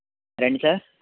రండి సార్